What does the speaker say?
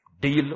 Deal